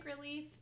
relief